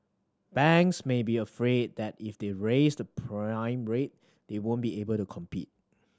banks may be afraid that if they raise the prime rate they won't be able to compete